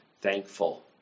thankful